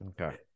Okay